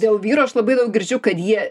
dėl vyrų aš labai daug girdžiu kad jie